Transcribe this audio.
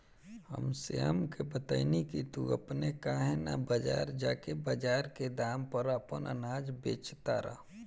हम श्याम के बतएनी की तू अपने काहे ना बजार जा के बजार के दाम पर आपन अनाज बेच तारा